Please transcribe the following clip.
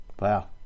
Wow